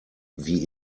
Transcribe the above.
wie